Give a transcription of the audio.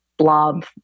Blob